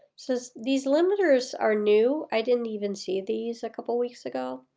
so these limiters are new. i didn't even see these a couple weeks ago.